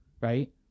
Right